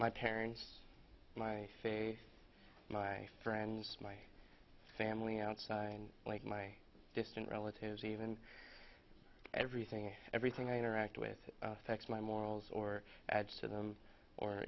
my parents my faith my friends my family outside like my distant relatives even everything everything i interact with affects my morals or add to them or